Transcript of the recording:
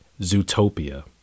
Zootopia